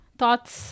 thoughts